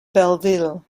belleville